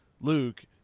Luke